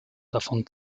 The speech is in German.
davon